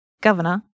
Governor